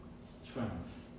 strength